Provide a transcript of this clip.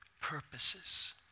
purposes